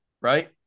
right